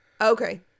Okay